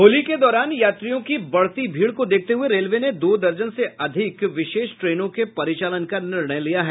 होली के दौरान यात्रियों की बढ़ती भीड़ को देखते हुए रेलवे ने दो दर्जन से अधिक विशेष ट्रेनों के परिचालन का निर्णय लिया है